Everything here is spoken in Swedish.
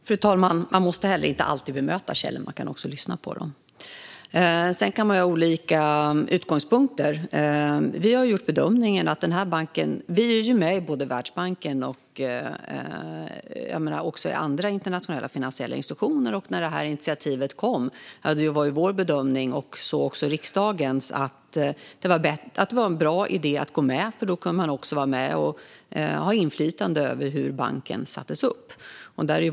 Fru talman! Man måste inte heller alltid bemöta källorna; man kan också bara lyssna. Man kan ha olika utgångspunkter. Sverige är med i Världsbanken och i andra internationella finansiella institutioner, och när detta initiativ kom var vår och riksdagens bedömning att det var en bra idé att gå med för då kunde vi också få inflytande över hur banken sattes ihop.